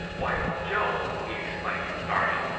why, joe! he exclaimed, starting,